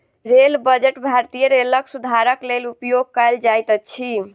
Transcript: rail budget भारतीय रेलक सुधारक लेल उपयोग कयल जाइत अछि